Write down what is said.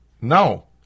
No